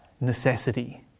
necessity